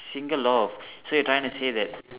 single law of so you're trying to say that